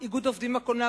איגוד עובדים בקולנוע